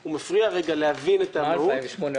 והוא מפריע רגע להבין את העלות.